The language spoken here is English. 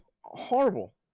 horrible